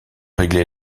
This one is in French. régler